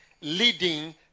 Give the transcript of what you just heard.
leading